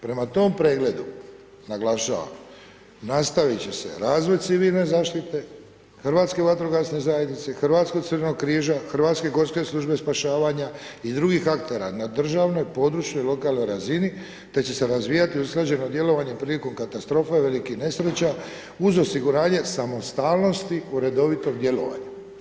Prema tom pregledu, naglašavam, nastavit će se razvoj civilne zaštite, hrvatske vatrogasne zajednice, hrvatskog crvenog križa, hrvatske gorske službe spašavanja i drugih aktera na državnoj, područnoj, lokalnoj razini te će se razvijati usklađeno djelovanje prilikom katastrofa i velikih nesreća uz osiguranje samostalnosti u redovitom djelovanju.